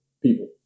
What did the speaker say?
People